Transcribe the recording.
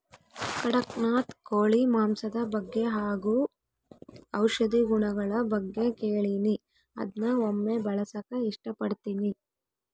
ಕಡಖ್ನಾಥ್ ಕೋಳಿ ಮಾಂಸದ ಬಗ್ಗೆ ಹಾಗು ಔಷಧಿ ಗುಣಗಳ ಬಗ್ಗೆ ಕೇಳಿನಿ ಅದ್ನ ಒಮ್ಮೆ ಬಳಸಕ ಇಷ್ಟಪಡ್ತಿನಿ